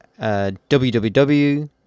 www